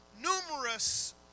numerous